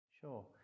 Sure